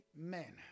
Amen